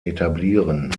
etablieren